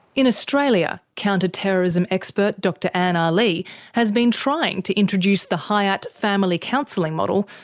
in australia, counter-terrorism expert dr anne ah aly has been trying to introduce the hayat family counselling model,